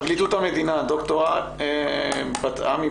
פרקליטות המדינה, ד"ר בת עמי